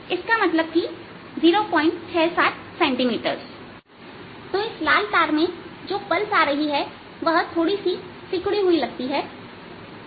इसका मतलब है 067 सैंटीमीटर्स तो इस लाल तार में जो पल्स जा रही हैवह थोड़ी सी सिकुड़ी हुई लगती है